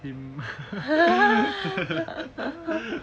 him